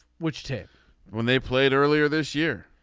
which tape when they played earlier this year.